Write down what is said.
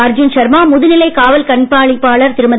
அர்ஜுன் ஷர்மா முதுநிலை காவல் கண்காணிப்பாளர் திருமதி